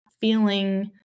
feeling